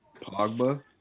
Pogba